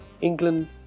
England